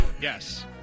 yes